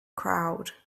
crowd